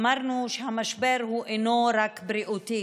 אמרנו שהמשבר אינו רק בריאותי,